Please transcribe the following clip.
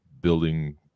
building